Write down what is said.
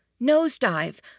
nosedive